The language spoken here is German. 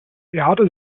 erde